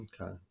Okay